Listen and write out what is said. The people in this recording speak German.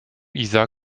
isar